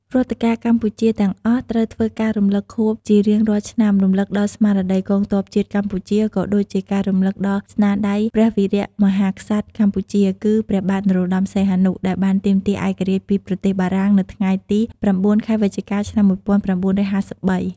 រដ្ឋការកម្ពុជាទាំងអស់ត្រូវធ្វើការរំលឹកខួបជារៀងរាល់ឆ្នាំ រំំលឹកដល់ស្មារតីកងទ័ពជាតិកម្ពុជា ក៏ដូចជាការរំលឹកដល់ស្នាដៃព្រះវីរៈមហាក្សត្រកម្ពុជា គឺព្រះបាទនរោត្តមសហនុ ដែលបានទាមទារឯករាជ្យពីប្រទេសបារាំង នៅថ្ងៃទី ៩ ខែវិច្ឆិកា ឆ្នាំ ១៩៥៣ ។